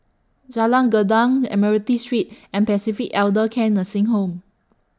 Jalan Gendang Admiralty Street and Pacific Elder Care Nursing Home